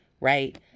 Right